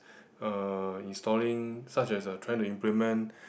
uh installing such as uh trying to implement